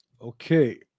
Okay